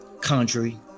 country